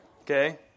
Okay